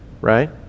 right